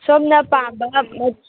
ꯁꯣꯝꯅ ꯄꯥꯝꯕ ꯃꯆꯨ